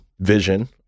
vision